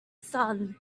sun